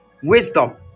wisdom